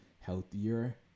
healthier